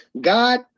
God